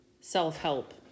self-help